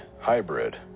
hybrid